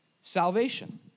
salvation